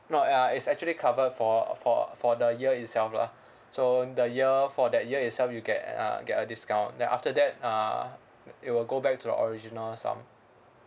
no uh it's actually cover for for for the year itself lah so the year for that year itself you get uh get a discount then after that uh it will go back to the original sum